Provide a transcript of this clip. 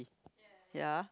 ya